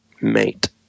Mate